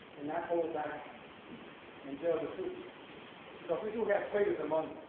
and not hold back and tell the truth because we do have traitors among